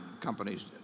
companies